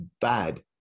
bad